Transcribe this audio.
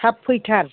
थाब फैथार